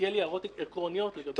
יהיו לי הערות עקרוניות בהמשך.